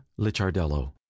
Lichardello